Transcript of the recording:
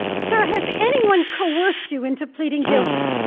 sir, has anyone coerced you into pleading guilty?